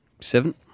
Seven